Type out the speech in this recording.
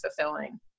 fulfilling